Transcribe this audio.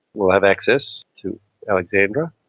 we'll have access to alexandra.